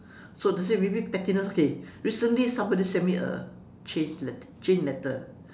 so let's say maybe pettiness okay recently somebody sent me a chain let~ chain letter